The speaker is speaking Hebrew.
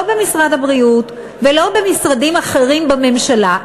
לא במשרד הבריאות ולא במשרדים אחרים בממשלה,